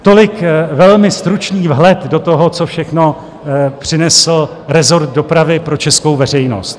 Tolik velmi stručný vhled do toho, co všechno přinesl rezort dopravy pro českou veřejnost.